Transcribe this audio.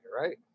right